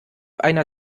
einer